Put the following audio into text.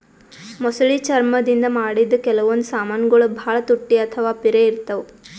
ಮೊಸಳಿ ಚರ್ಮ್ ದಿಂದ್ ಮಾಡಿದ್ದ್ ಕೆಲವೊಂದ್ ಸಮಾನ್ಗೊಳ್ ಭಾಳ್ ತುಟ್ಟಿ ಅಥವಾ ಪಿರೆ ಇರ್ತವ್